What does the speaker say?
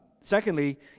Secondly